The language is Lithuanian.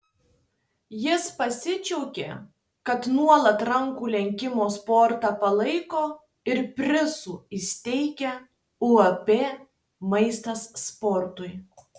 jis pasidžiaugė kad nuolat rankų lenkimo sportą palaiko ir prizų įsteigia uab maistas sportui